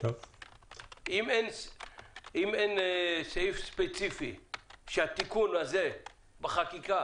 אם אין סעיף ספציפי שהתיקון הזה בחקיקה